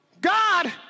God